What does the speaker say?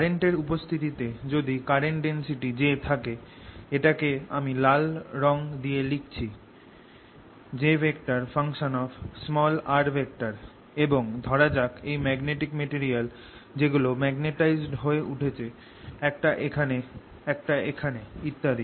current এর উপস্থিতিতে যদি কারেন্ট ডেন্সিটি j থাকে এটাকে আমি লাল রঙে লিখছি J এবং ধরা যাক এই ম্যাগনেটিক মেটেরিয়াল যেগুলো মাগনেটাইজড হয়ে উঠেছে একটা এখানে একটা এখানে ইত্যাদি